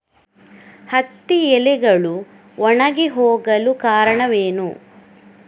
ಹತ್ತಿ ಎಲೆಗಳು ಒಣಗಿ ಹೋಗಲು ಕಾರಣವೇನು?